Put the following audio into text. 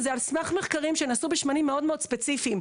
על סמך מחקרים שנעשו בשמנים מאוד ספציפיים,